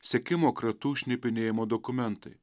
sekimo kratų šnipinėjimo dokumentai